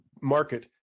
market